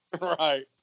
Right